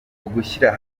ugushyira